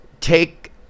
take